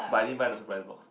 but I didn't buy the surprise box